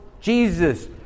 Jesus